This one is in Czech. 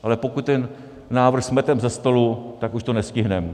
Ale pokud ten návrh smeteme ze stolu, tak už to nestihneme.